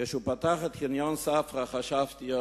כשהוא פתח את חניון ספרא חשבתי,